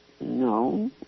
no